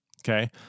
Okay